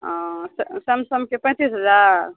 तऽ सैमसंगके पैंतीस हजार